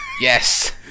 Yes